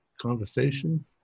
conversation